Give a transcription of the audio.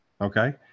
Okay